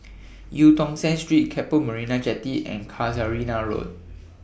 EU Tong Sen Street Keppel Marina Jetty and Casuarina Road